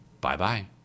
bye-bye